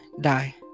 die